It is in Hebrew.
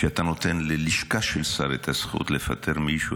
כשאתה נותן ללשכה של שר את הזכות לפטר מישהו,